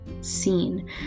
seen